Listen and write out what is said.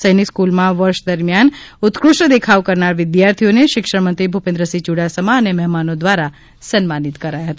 સૈનીક સ્ફ્નલમાં વર્ષ દરમિયાન ઉત્કૃષ્ટ દેખાવ કરનાર વિદ્યાર્થીઓને શિક્ષણમંત્રી ભૂપેન્દ્ર યૂડાસમા અને મહેમાનો દ્વારા સમ્માનીત કર્યા હતા